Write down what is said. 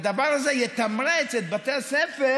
והדבר הזה יתמרץ את בתי הספר